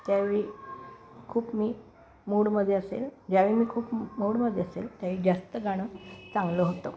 त्यावेळी खूप मी मूडमध्ये असेल ज्यावेळी मी खूप मूडमध्ये असेल त्यावेळी जास्त गाणं चांगलं होतं